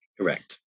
Correct